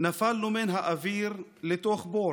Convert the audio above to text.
/ נפלנו מן האוויר לתוך בור,